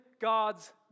God's